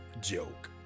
joke